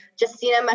justina